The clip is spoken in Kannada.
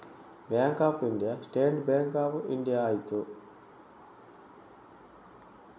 bank of India state bank of India ಆಯಿತು